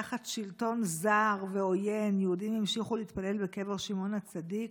תחת שלטון זר ועוין יהודים המשיכו להתפלל בקבר שמעון הצדיק.